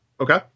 Okay